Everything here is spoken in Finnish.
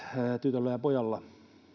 tytöllä ja pojalla